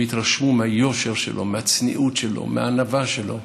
הם התרשמו מהיושר שלו, מהצניעות שלו, מהענווה שלו,